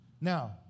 Now